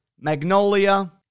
Magnolia